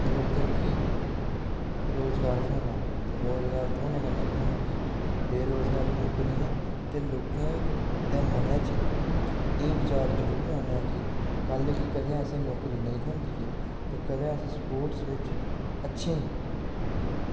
लोकें कि रोजगार थ्होना रोजगार थ्होने कन्नै केह् होना कि बेरोजगारी मुक्कनी ऐ ते लोकें दे मनै च एह् विचार जरूर आना ऐ कि कल्ल कि कदें असें नौकरी नेईं थ्होंदी ऐ ते कदें अस स्पोटर्स विच अच्छे न